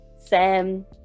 Sam